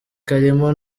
karimo